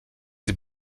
sie